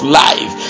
life